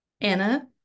Anna